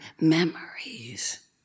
memories